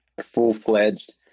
full-fledged